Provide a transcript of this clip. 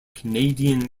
canadian